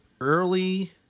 early